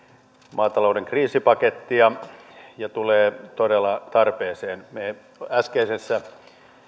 maatalouden kriisipakettia ja tulee todella tarpeeseen me äskeisessä